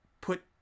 put